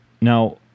Now